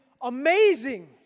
amazing